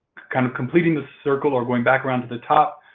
kind of completing the circle or going back around to the top,